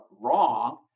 wrong